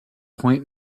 point